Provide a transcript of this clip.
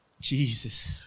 Jesus